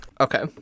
Okay